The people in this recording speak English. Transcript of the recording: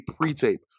pre-tape